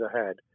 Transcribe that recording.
ahead